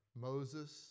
Moses